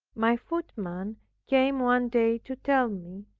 my footman came one day to tell me,